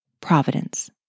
providence